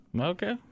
Okay